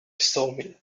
sawmill